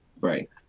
Right